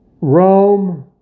Rome